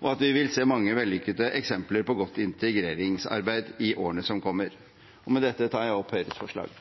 og at vi vil se mange vellykkede eksempler på godt integreringsarbeid i årene som kommer. Med dette tar jeg opp de forslagene